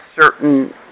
certain